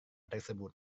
tersebut